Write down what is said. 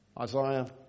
Isaiah